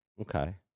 Okay